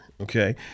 okay